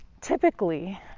typically